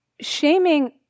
shaming